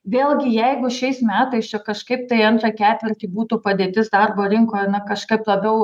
vėlgi jeigu šiais metais čia kažkaip tai antrą ketvirtį būtų padėtis darbo rinkoje na kažkaip labiau